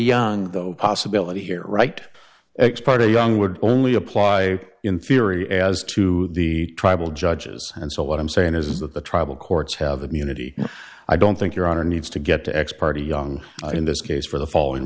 young though possibility here right ex parte young would only apply in theory as to the tribal judges and so what i'm saying is that the tribal courts have immunity and i don't think your honor needs to get to x party young in this case for the following